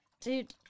Dude